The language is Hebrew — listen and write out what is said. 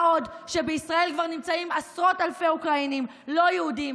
מה עוד שבישראל כבר נמצאים עשרות אלפי אוקראינים לא יהודים